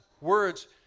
words